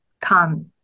come